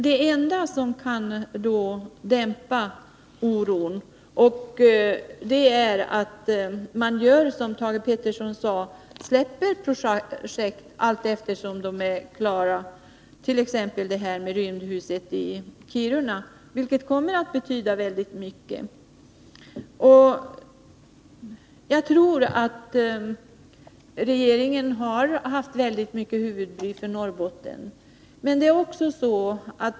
Det enda som kan dämpa denna oro är att man, som Thage Peterson sade, släpper ut projekt allteftersom de är klara. Ett exempel på detta är rymdhuset i Kiruna, vilket kommer att betyda väldigt mycket. Jag tror att Norrbotten har vållat regeringen mycket huvudbry.